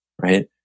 Right